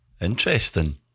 interesting